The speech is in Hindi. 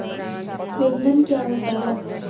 विपणन क्या होता है?